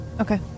Okay